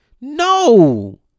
no